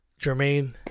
Jermaine